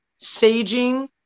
saging